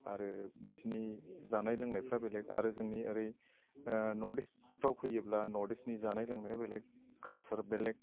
आरो बिसिनि जानाय लोंनायफ्रा बेलेग आरो जोंनि ओरै नर्थ इस्टआव फैयोब्ला नर्थ इस्टनि जानाय लोंनाय बेलेग कालचारा बेलेग